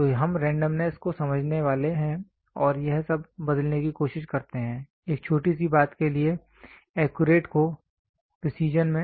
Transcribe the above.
तो हम रेंडमनेस को समझने वाले हैं और यह सब बदलने की कोशिश करते हैं एक छोटी सी बात के लिए एक्यूरेट को प्रेसीजन में